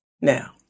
Now